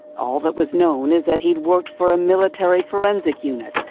all that was known is that he'd worked for a military forensic unit,